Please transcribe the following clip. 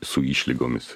su išlygomis